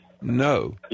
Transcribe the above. No